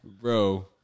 Bro